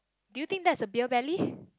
do you think that's a beer belly